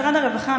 משרד הרווחה,